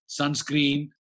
sunscreen